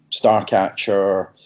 Starcatcher